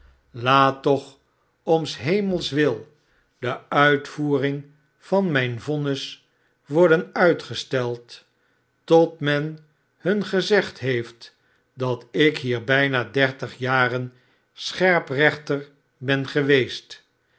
laat toch om s hemels wil de uitvoering yan mijn vonnis worden uitgesteld tot men hun gezegd heeft dat ik hier bijna dertig jaren scherprechter ben geweest